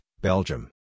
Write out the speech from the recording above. Belgium